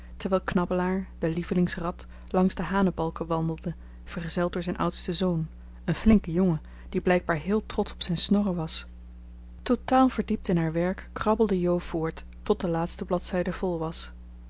terwijl knabbelaar de lievelingsrat langs de hanebalken wandelde vergezeld door zijn oudsten zoon een flinken jongen die blijkbaar heel trotsch op zijn snorren was totaal verdiept in haar werk krabbelde jo voort tot de laatste bladzijde vol was